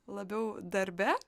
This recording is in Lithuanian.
labiau darbe